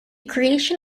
creation